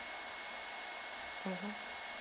mmhmm